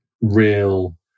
real